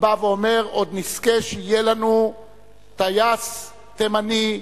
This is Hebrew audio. בא ואומר: עוד נזכה שיהיה לנו טייס תימני,